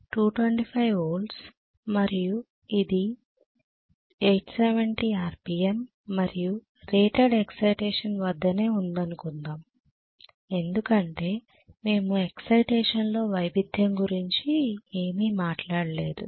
225 వోల్ట్లు మరియు ఇది 870 ఆర్పిఎమ్ మరియు రేటెడ్ ఎక్సైటేషన్ వద్దనే ఉందనుకుందాం ఎందుకంటే మేము ఎక్సైటేషన్లో వైవిధ్యం గురించి ఏమీ మాట్లాడటం లేదు